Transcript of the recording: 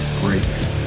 Great